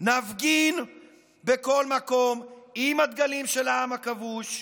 נפגין בכל מקום עם הדגלים של העם הכבוש,